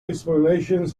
explanations